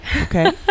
okay